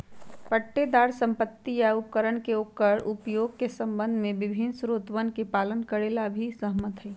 पट्टेदार संपत्ति या उपकरण के ओकर उपयोग के संबंध में विभिन्न शर्तोवन के पालन करे ला भी सहमत हई